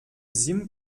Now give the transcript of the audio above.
sim